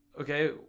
Okay